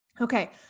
Okay